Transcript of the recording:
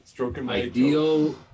ideal